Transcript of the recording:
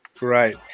right